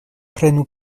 prenu